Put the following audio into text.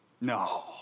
No